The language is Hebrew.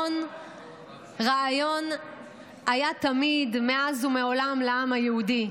רעיון היה תמיד לעם היהודי,